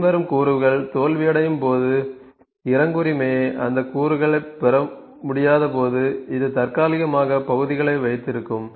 பின்வரும் கூறுகள் தோல்வியடையும் போது இறங்குரிமையர் அந்த கூறுகளைப் பெற முடியாதபோது அது தற்காலிகமாக பகுதிகளை வைத்திருக்கும்